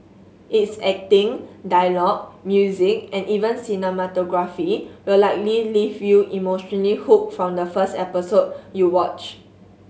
its acting dialogue music and even cinematography will likely leave you emotionally hooked from the first episode you watch